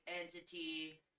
entity